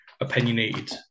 opinionated